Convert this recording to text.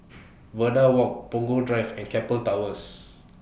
Verde Walk Punggol Drive and Keppel Towers